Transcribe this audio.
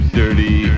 dirty